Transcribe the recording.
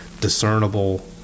discernible